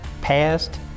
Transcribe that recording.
past